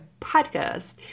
podcast